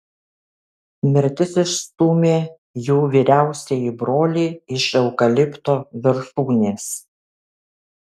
mirtis išstūmė jo vyriausiąjį brolį iš eukalipto viršūnės